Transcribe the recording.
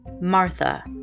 Martha